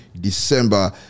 December